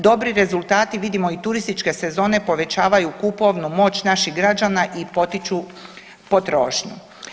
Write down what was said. Dobri rezultati vidimo i turističke sezone povećavaju kupovnu moć naših građana i potiču potrošnju.